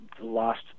lost